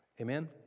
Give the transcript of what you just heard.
Amen